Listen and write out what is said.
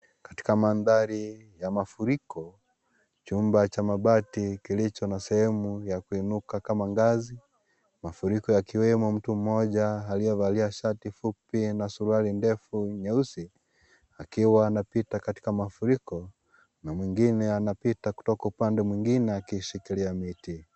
Katika mandhari ya mafuriko, chumba cha mabati kilicho na sehemu ya kuinuka kama ngazi, mafuriko yakiwemo, mtu mmoja aliyevalia shati fupi na suruali ndefu nyeusi, akiwa anapita katika mafuriko na mwingine anapita kutoka upande mwingine akiishikilia miti.